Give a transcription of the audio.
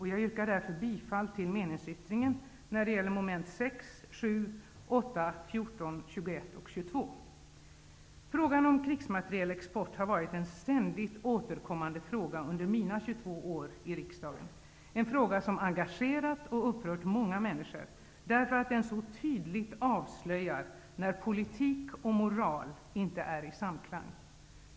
Jag yrkar därför bifall till meningsyttringen när det gäller mom. 6, 7, Frågan om krigsmaterielexport har varit en ständigt återkommande fråga under mina 22 år i riksdagen. Det är en fråga som har engagerat och upprört många människor, därför att den så tydligt avslöjar när politik och moral inte är i samklang.